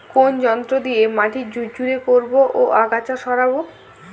কোন যন্ত্র দিয়ে মাটি ঝুরঝুরে করব ও আগাছা সরাবো?